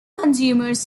consumers